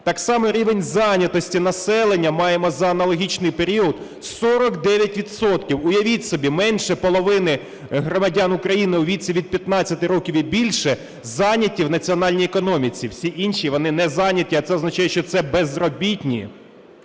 Так само рівень зайнятості населення маємо за аналогічний період 49 відсотків. Уявіть собі, менше половини громадян України у віці від 15 років і більше зайняті в національній економіці, всі інші, вони не зайняті, а це означає, що це безробітні.